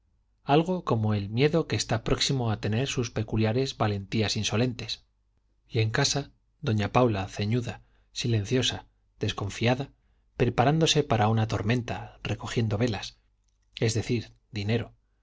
algo como el miedo que está próximo a tener sus peculiares valentías insolentes y en casa doña paula ceñuda silenciosa desconfiada preparándose para una tormenta recogiendo velas es decir dinero